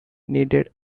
needed